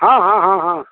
हाँ हाँ हाँ हाँ